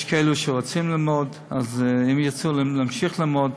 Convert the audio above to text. יש כאלו שרוצים ללמוד, אז אם ירצו להמשיך ללמוד,